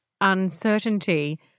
uncertainty